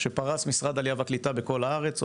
שפרס משרד העלייה והקליטה בכל הארץ,